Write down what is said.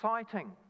exciting